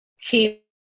Keep